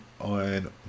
on